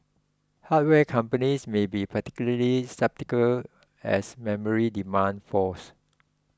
hardware companies may be particularly susceptible as memory demand falls